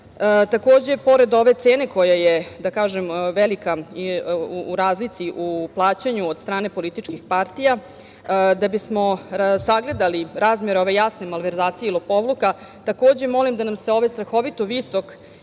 pored ove cene koja je velika u razlici u plaćanju od strane političkih partija, da bismo sagledali razmere ove jasne malverzacije i lopovluka, takođe molim da nam se ovaj strahovito visok,